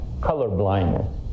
colorblindness